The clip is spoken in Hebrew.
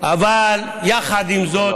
אבל יחד עם זאת,